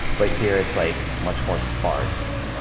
but here it's like much more sparse